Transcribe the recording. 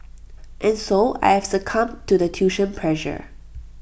and so I have succumbed to the tuition pressure